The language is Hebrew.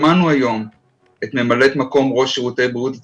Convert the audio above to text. שמענו היום את ממלאת מקום ראש שירותי בריאות הציבור,